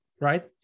right